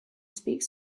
speaks